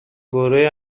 گروه